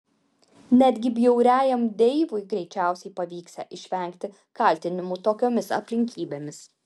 netgi bjauriajam deivui greičiausiai pavyksią išvengti kaltinimų tokiomis aplinkybėmis